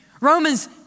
Romans